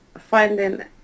finding